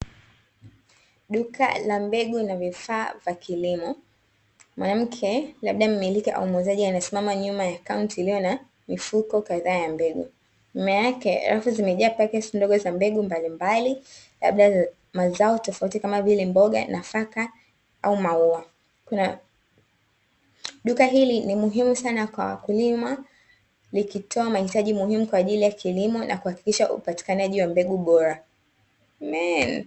Duka la mbegu na vifaa vya kilimo, mwanamke labda mmiliki au muuzaji amesimama nyuma ya kaunti iliyo na mifuko kadhaa ya mbegu, nyuma yake zimejaa paketi ndogo za mbegu mbalimbali labda mazao tofauti kama vile: mboga, nafaka au maua. Duka hili ni muhimu sana kwa wakulima likitoa mahitaji maalumu kwa ajili ya kilimo na kuhakikisha upatikanaji wa mbegu bora.